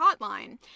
hotline